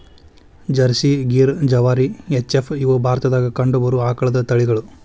Jersey, Gir, ಜವಾರಿ, H F, ಇವ ಭಾರತದಾಗ ಕಂಡಬರು ಆಕಳದ ತಳಿಗಳು